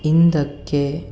ಹಿಂದಕ್ಕೆ